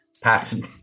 pattern